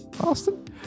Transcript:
Austin